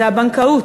זה הבנקאות,